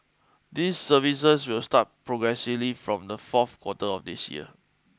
these services will start progressively from the fourth quarter of this year